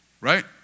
right